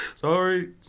Sorry